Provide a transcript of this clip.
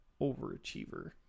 overachiever